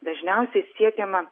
dažniausiai siekiama